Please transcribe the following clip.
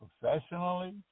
professionally